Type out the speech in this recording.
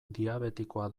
diabetikoa